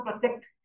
protect